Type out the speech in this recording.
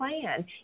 plan